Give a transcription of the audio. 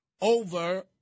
over